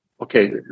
Okay